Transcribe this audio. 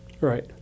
Right